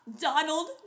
donald